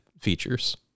features